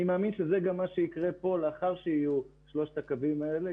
אני מאמין שזה גם מה שיקרה כאן לאחר שיהיו שלושת הקווים האלה.